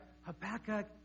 Habakkuk